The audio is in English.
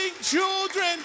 children